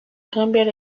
cambiar